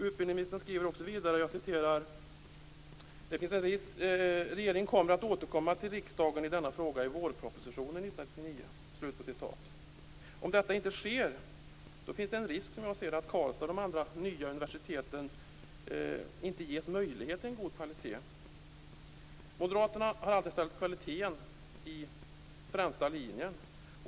Utbildningsministern skriver vidare: "Regeringen kommer att återkomma till riksdagen i denna fråga i vårpropositionen 1999." Om detta inte sker finns det som jag ser det en risk att Karlstad och de andra nya universiteten inte ges möjlighet till en god kvalitet. Moderaterna har alltid ställt kvaliteten i främsta linjen.